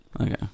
Okay